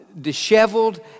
disheveled